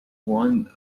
one